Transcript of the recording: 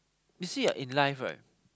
you see ah in life right